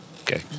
Okay